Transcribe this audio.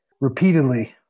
repeatedly